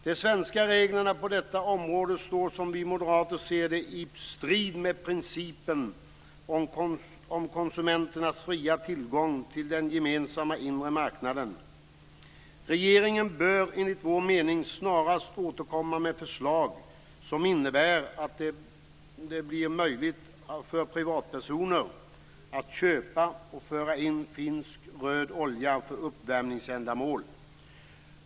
De svenska reglerna på detta område står, som vi moderater ser det, i strid med principen om konsumenternas fria tillgång till den gemensamma inre marknaden. Regeringen bör enligt vår mening snarast återkomma med förslag som innebär att det bör bli möjligt för privatpersoner att köpa och föra in finsk röd olja för uppvärmningsändamål.